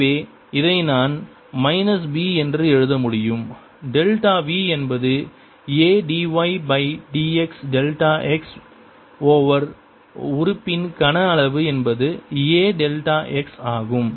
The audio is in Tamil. எனவே இதை நான் மைனஸ் B என்று எழுத முடியும் டெல்டா v என்பது A dy by dx delta x over உறுப்பின் கன அளவு என்பது A டெல்டா x ஆகும்